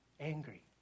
angry